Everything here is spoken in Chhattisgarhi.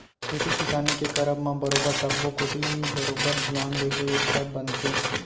खेती किसानी के करब म बरोबर सब्बो कोती बरोबर धियान देबे तब बनथे